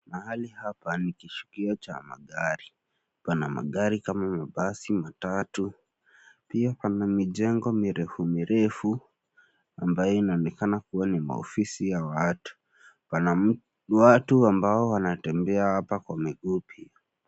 Mahali hapa ni kishukio cha magari. Pana magari kama mabasi, matatu. Pia pana mijengo mirefu mirefu ambayo inaonekana kua ni maofisi ya watu. Pana watu ambao wanatembea hapa kwa miguu pia.